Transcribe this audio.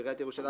שעיריית ירושלים